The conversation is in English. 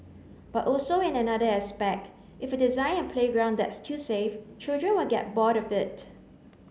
but also in another aspect if you design a playground that's too safe children will get bored of it